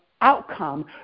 outcome